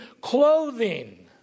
clothing